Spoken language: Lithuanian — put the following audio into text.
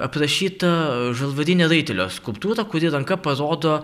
aprašyta žalvarinė raitelio skulptūra kuri ranka parodo